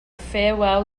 farewell